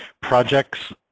projects